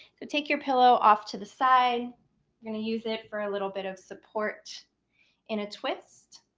to take your pillow off to the side, you're going to use it for a little bit of support in a twist.